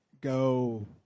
go